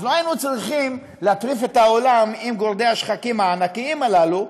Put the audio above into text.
לא היינו צריכים להטריף את העולם עם גורדי-השחקים הענקיים הללו.